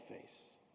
face